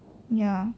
ya